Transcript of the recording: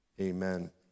amen